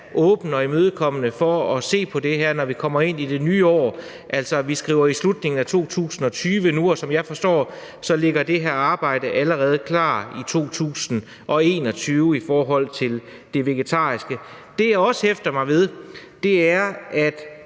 åben og imødekommende over for at se på det her, når vi kommer ind i det nye år. Altså, vi skriver jo nu slutningen af 2020, og som jeg forstår det, ligger det her arbejde allerede klar i 2021 i forhold til det vegetariske. Det, som jeg også hæfter mig ved, er, at